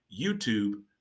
YouTube